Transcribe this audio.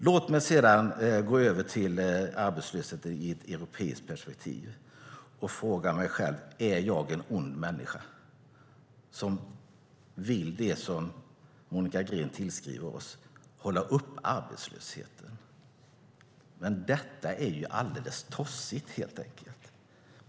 Låt mig sedan gå över till arbetslösheten från ett europeiskt perspektiv och fråga mig själv: Är jag en ond människa som vill det som Monica Green tillskriver oss, hålla uppe arbetslösheten? Detta är ju alldeles tossigt helt enkelt.